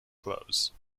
clothes